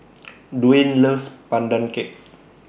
Duwayne loves Pandan Cake